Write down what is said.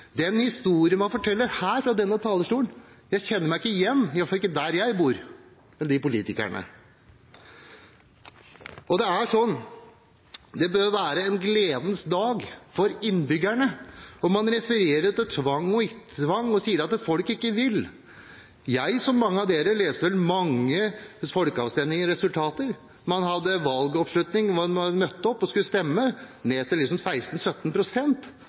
Den historien man forteller fra denne talerstolen, kjenner jeg meg ikke igjen i, i hvert fall ikke der jeg bor, eller politikerne der. Det bør være en gledens dag for innbyggerne – og man refererer til tvang og ikke tvang og sier at folket ikke vil. Jeg, i likhet med mange av representantene, leser resultatene av mange folkeavstemninger. Man hadde valgoppslutning – man hadde møtt opp og skulle stemme – ned